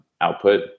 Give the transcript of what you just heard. output